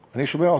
אני שומע אתכם,